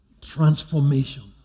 transformation